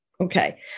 okay